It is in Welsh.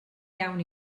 iawn